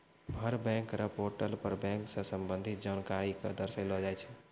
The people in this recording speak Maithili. हर बैंक र पोर्टल पर बैंक स संबंधित जानकारी क दर्शैलो जाय छै